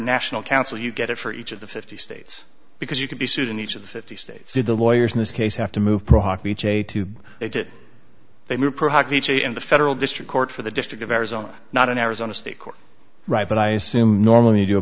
national council you get it for each of the fifty states because you can be sued in each of the states did the lawyers in this case have to move pro hockey j to they did they move in the federal district court for the district of arizona not an arizona state court right but i assume normally